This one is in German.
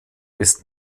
ist